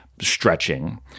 stretching